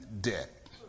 debt